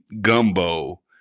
gumbo